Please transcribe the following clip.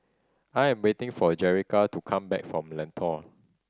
I am waiting for Jerrica to come back from Lentor